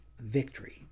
victory